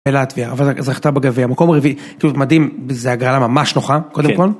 ...לטביה, אבל זכתה בגביע, מקום רביעי, מדהים, זה הגרלה ממש נוחה, קודם כל.